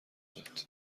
داد